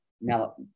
Now